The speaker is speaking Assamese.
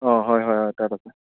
অঁ হয় হয় হয় তাত আছে